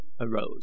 arose